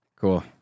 Cool